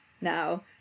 Now